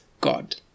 God